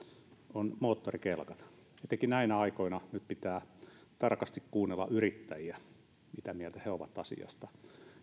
on moottorikelkat etenkin näinä aikoina nyt pitää tarkasti kuunnella yrittäjiä mitä mieltä he ovat asiasta